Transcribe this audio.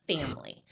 family